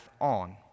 on